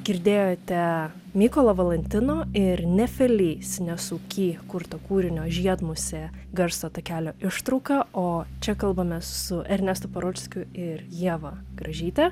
girdėjote mykolo valantino ir nefeli sinesuki kurto kūrinio žiedmusė garso takelio ištrauką o čia kalbame su ernestu parulskiu ir ieva gražyte